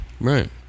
Right